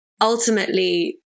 ultimately